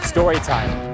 Storytime